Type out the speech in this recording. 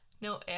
No